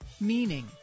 meaning